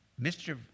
Mr